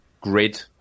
grid